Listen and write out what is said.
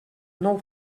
nou